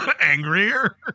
angrier